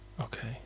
Okay